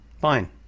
Fine